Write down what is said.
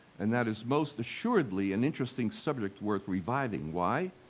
and that is most assuredly an interesting subject worth reviving. why?